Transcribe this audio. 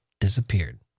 disappeared